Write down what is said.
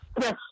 Yes